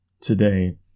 today